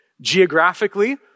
Geographically